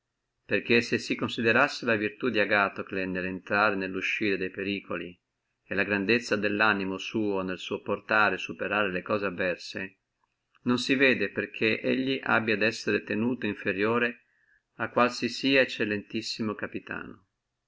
perché se si considerassi la virtù di agatocle nello intrare e nello uscire de periculi e la grandezza dello animo suo nel sopportare e superare le cose avverse non si vede perché elli abbia ad essere iudicato inferiore a qualunque eccellentissimo capitano